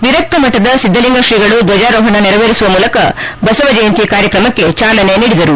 ವಿರಕ್ತಮಠದ ಸಿದ್ದಲಿಂಗ್ರೀಗಳು ಧ್ವಜಾರೋಹಣ ನೆರವೇರಿಸುವ ಮೂಲಕ ಬಸವ ಜಯಂತಿ ಕಾರ್ಯತ್ರಮಕ್ಕೆ ಚಾಲನೆ ನೀಡಿದರು